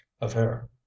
affair